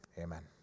Amen